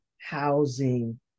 housing